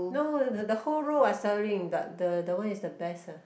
no the the whole row are selling that the the one is the best ah